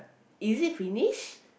is it finished